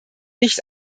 nicht